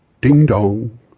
Ding-dong